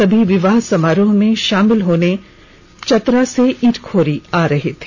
सभी विवाह समारोह में शामिल होने चतरा से इटखोरी आ रहे थे